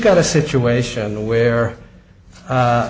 got a situation where